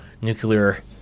nuclear